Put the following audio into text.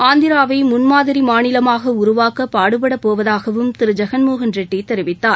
ஆந்திராவை முன்மாதிரி மாநிலமாக உருவாக்க பாடுபடப் போவதாகவும் திரு ஜெகன் மோகன் ரெட்டி தெரிவித்தார்